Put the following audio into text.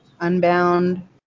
Unbound